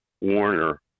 Warner